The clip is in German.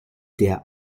der